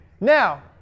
now